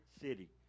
city